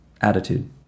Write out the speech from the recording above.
attitude